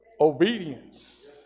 obedience